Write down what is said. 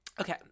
Okay